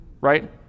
right